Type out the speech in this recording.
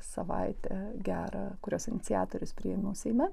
savaitę gerą kurios iniciatorius priėmiau seime